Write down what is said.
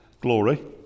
glory